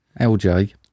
LJ